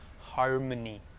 harmony